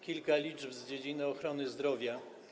Kilka liczb z dziedziny ochrony zdrowia.